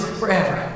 forever